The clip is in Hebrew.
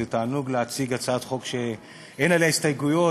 זה תענוג להציג הצעת חוק שאין עליה הסתייגויות